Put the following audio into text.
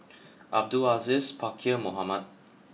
Abdul Aziz Pakkeer Mohamed